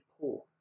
poor